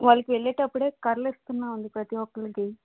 వాళ్ళకి వెళ్ళేటప్పుడే కర్రలు ఇస్తున్నాము అండి ప్రతి ఒక్కరకి